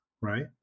right